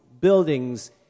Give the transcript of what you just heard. buildings